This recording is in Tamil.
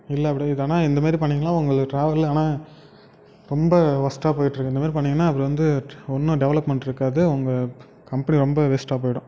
இல்லை அப்படியே இதானால் இந்த மாதிரி பண்ணிங்கனால் உங்களுக்கு ட்ராவல் ஆனால் ரொம்ப ஒர்ஸ்ட்டாக போய்கிட்டு இருக்குது இந்த மாரி பண்ணிங்கனால் அப்புறம் வந்து ஒன்றும் டெவெலப்மெண்ட் இருக்காது உங்கள் கம்பெனி ரொம்ப வேஸ்டாக போய்விடும்